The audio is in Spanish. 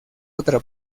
otra